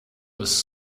was